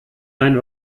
dein